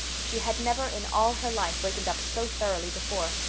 she had never in all her life wakened up so thoroughly before.